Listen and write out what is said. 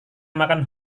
makan